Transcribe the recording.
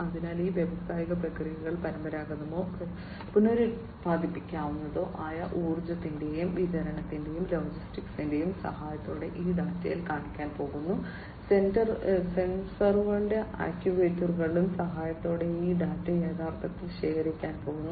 അതിനാൽ ഈ വ്യാവസായിക പ്രക്രിയകൾ പരമ്പരാഗതമോ പുനരുൽപ്പാദിപ്പിക്കാവുന്നതോ ആയ ഊർജ്ജത്തിന്റെയും വിതരണത്തിന്റെയും ലോജിസ്റ്റിക്സിന്റെയും സഹായത്തോടെ ഈ ഡാറ്റയിൽ കാണിക്കാൻ പോകുന്നു സെൻസറുകളുടെയും ആക്യുവേറ്ററുകളുടെയും സഹായത്തോടെ ഈ ഡാറ്റ യഥാർത്ഥത്തിൽ ശേഖരിക്കാൻ പോകുന്നു